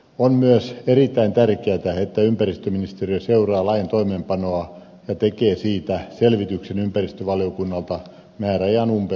on myös erittäin tärkeätä että ympäristöministeriö seuraa lain toimeenpanoa ja tekee siitä selvityksen ympäristövaliokunnalle määräajan umpeuduttua